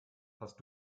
hast